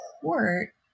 court